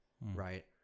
right